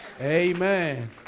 Amen